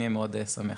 אני אהיה מאוד שמח.